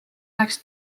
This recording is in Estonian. läks